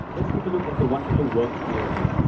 let's take a look at the wonderful work they are doing.